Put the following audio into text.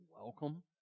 welcome